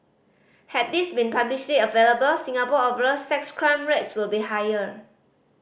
had these been publicly available Singapore overall sex crime rates will be higher